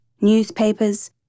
newspapers